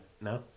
no